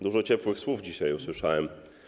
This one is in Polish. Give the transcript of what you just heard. Dużo ciepłych słów tutaj dzisiaj usłyszałem.